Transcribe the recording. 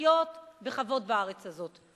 לחיות בכבוד בארץ הזאת.